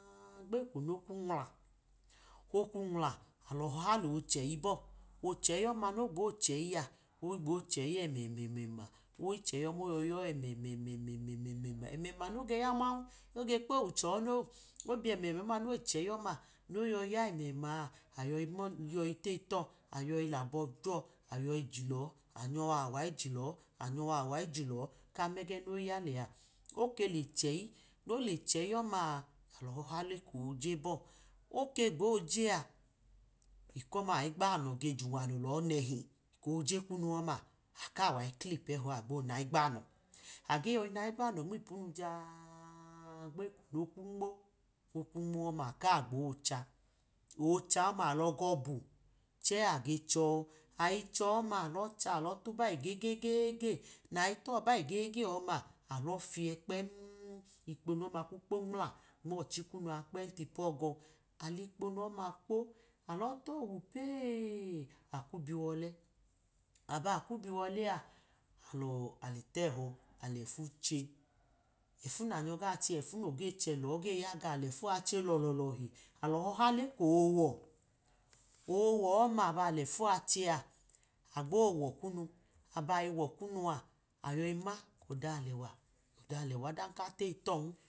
A-a-a gbeko noknu nwula, okwu nwula, alọ họha lo chẹyi bọ, ochẹyi ọma nogbo chẹyi a, agbo cheyi ẹmẹmẹma, oyicheyi ọma oyọyi yọ ẹmẹmẹmẹma, ẹmẹma noge ya man, oge kpowu chọ no, obiyẹmẹma noyi chẹyi ọma, noyọyi ya ẹmẹma a ayọyi nọ yọyi teyi tọ ayọyi labọ tọ ayọyi jilọ, onyọ wa iyilọ, nyọ awa ijilọ, kamẹgẹ noyi ya lẹa, oke leyi chẹyi, nole cheyi ọma ọha le koje bọ oke gbo je a, eko ọm ayi gbanọ ge junwalu lọ nẹhi eko oje kum ọma aka wayi kilipu ehọ aọ agbo naye gbanọ, age yọyi nayigbanul nmipunu jaa gbeko no kwu nmo, okwu nmo ọma aka gbo cha, ocha ọma alọgọ bu chẹ age chọ ayichọ ọma alọ tuba egege nayi tọba age-ge ọma alọ fijẹ kpem urpo kunu a kwu kpo nmula nmochi kunu kpem lipa ọgọ, alikponu ọma kpo alọ towu pee, akmu biwọlẹ, aba kwu bi wọlẹ a, ale tehọ alẹfu che, efu na nyọ ga chẹ ọfu noge chelo g ya ga lẹfu a chẹ lọlọ. Lọhi alọ họha leko owọ owọ ọma aba lẹfu ache a agbo wọ kunu aba yọyi wọ kunu a, ayọyi ma kọda alẹwa ọda alẹwa